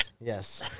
Yes